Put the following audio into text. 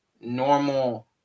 normal